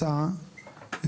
הכנסה,